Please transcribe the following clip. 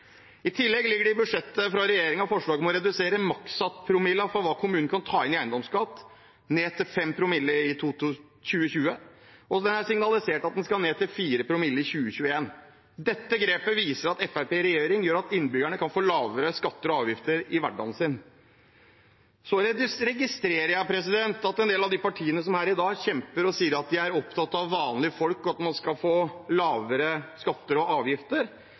I tillegg ligger det i budsjettet fra regjeringen forslag om å redusere makssatspromillen for hva kommunene kan ta inn i eiendomsskatt, til 5 promille i 2020, og det er signalisert at den skal ned til 4 promille i 2021. Dette grepet viser at Fremskrittspartiet i regjering gjør at innbyggerne kan få lavere skatter og avgifter i hverdagen sin. Så registrerer jeg at en del av partiene som er her i dag, som kjemper og sier de er opptatt av at vanlige folk skal få lavere skatter og avgifter,